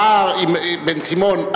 בן-סימון,